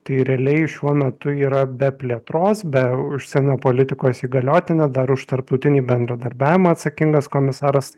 tai realiai šiuo metu yra be plėtros be užsienio politikos įgaliotinio dar už tarptautinį bendradarbiavimą atsakingas komisaras